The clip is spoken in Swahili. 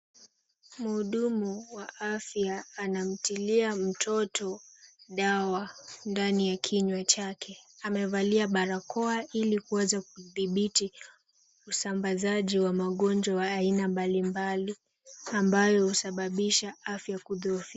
Mhudumu wa afya anamtilia mtoto dawa ndani ya kinywa chake. Amevalia barakoa ili kuweza kudhibiti usambazaji wa magonjwa aina mbalimbali ambayo husababisha afya kudhoofika.